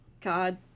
God